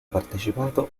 partecipato